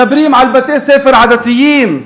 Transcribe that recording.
מדברים על בתי-ספר עדתיים,